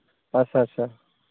ᱟᱪᱪᱷᱟ ᱟᱪᱪᱷᱟ